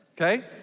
okay